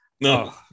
No